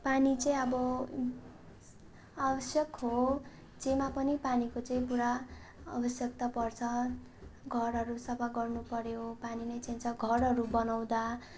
पानी चाहिँ अब आवश्यक हो जेमा पनि पानीको चाहिँ पुरा आवश्यकता पर्छ घरहरू सफा गर्नुपऱ्यो पानी नै चााहिन्छ घरहरू बनाउँदा